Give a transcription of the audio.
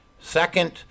Second